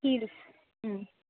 heels